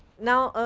now,